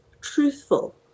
truthful